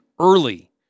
early